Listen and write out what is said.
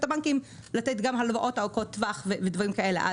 הבנקים לתת הלוואות ארוכות טווח ודברים כאלה.